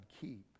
keep